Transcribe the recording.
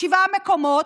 שבעה מקומות.